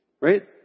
right